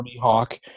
Hawk